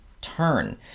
turn